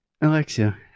Alexia